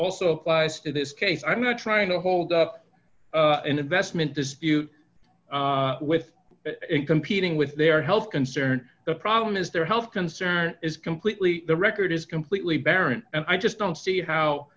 also wise to this case i'm not trying to hold up an investment dispute with competing with their health concern the problem is their health concern is completely the record is completely barren and i just don't see how